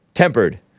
Tempered